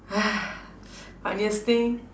funniest thing